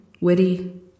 witty